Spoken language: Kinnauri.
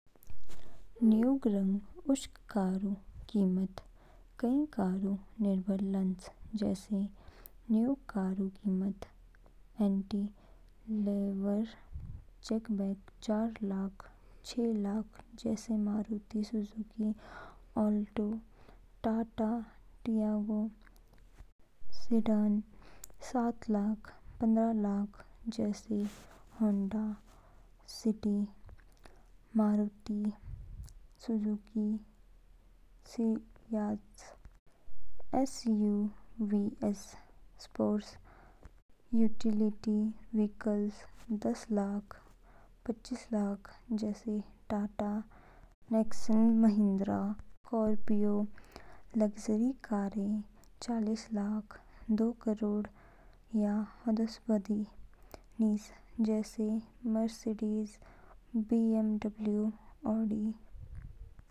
नयूग रंग उशक कारऊ कीमत कई कारकऊ निर्भर लान्च, जैसे नयूग कारऊ किमत। एंट्री-लेवल हैचबैक चार लाख छः लाख जैसे Maruti Suzuki Alto, Tata Tiago. Sedan सात लाख पन्द्रह लाख जैसे Honda City, Maruti Suzuki Ciaz. SUVs sport utility vehicle दस लाख पचीस लाख जैसे Tata Nexon, Mahindra Scorpio. Luxury कारें चालीस लाख दो करोड़ या होदोस बोदी निज जैसे मर्सिडीज़, बीएमडब्लू, ऑडी।